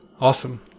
Awesome